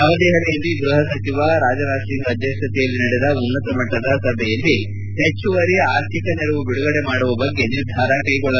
ನವದೆಹಲಿಯಲ್ಲಿ ಗ್ಬಹ ಸಚಿವ ರಾಜನಾಥ್ ಸಿಂಗ್ ಅಧ್ಯಕ್ಷತೆಯಲ್ಲಿ ನಡೆದ ಉನ್ನತಮಟ್ಟದ ಸಭೆಯಲ್ಲಿ ಹೆಚ್ಚುವರಿ ಆರ್ಥಿಕ ನೆರವು ಬಿಡುಗಡೆ ಮಾಡುವ ಬಗ್ಗೆ ನಿರ್ಧಾರ ಕೈಗೊಳ್ಳಲಾಗಿದೆ